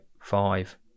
five